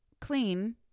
clean